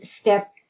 step